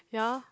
ya